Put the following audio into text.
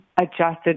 adjusted